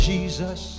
Jesus